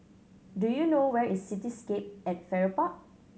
do you know where is Cityscape at Farrer Park